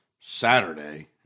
Saturday